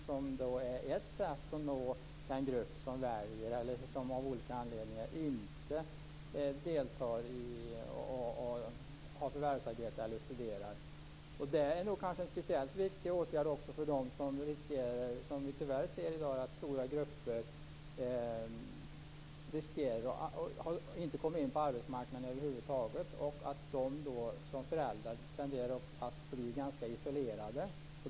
Det är ett sätt att nå den grupp som av olika anledningar inte har förvärvsarbete eller studerar. Det är nog en speciellt viktig åtgärd för dem som riskerar att inte komma in på arbetsmarknaden över huvud taget. De tenderar att bli ganska isolerade som föräldrar.